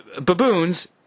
baboons